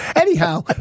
anyhow